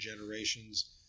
generations